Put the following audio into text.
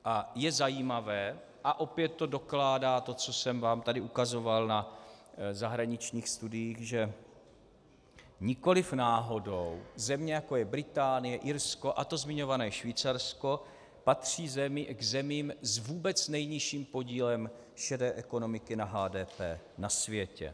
A je zajímavé a opět to dokládá to, co jsem vám tady ukazoval na zahraničních studiích, že nikoli náhodou země, jako je Británie, Irsko a zmiňované Švýcarsko, patří k zemím s vůbec nejnižším podílem šedé ekonomiky na HDP na světě.